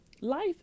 life